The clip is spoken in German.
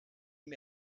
ihm